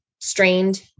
strained